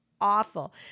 awful